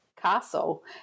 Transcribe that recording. castle